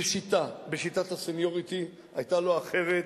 כשיטה, בשיטת הסניוריטי, היתה לא אחרת